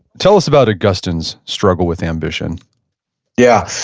tell us about augustine's struggle with ambition yeah.